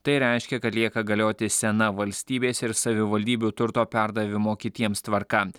tai reiškia kad lieka galioti sena valstybės ir savivaldybių turto perdavimo kitiems tvarka